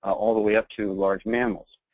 all the way up to large mammals.